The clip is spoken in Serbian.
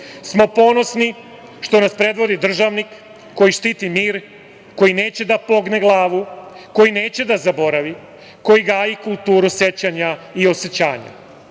smo ponosni što nas predvodi državnik koji štiti mir, koji neće da pogne glavu, koji neće da zaboravi, koji gaji kulturu sećanja i osećanja.